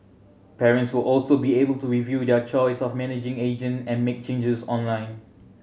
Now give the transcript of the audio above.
parents will also be able to review their choice of managing agent and make changes online